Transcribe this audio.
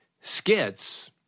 skits